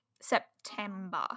September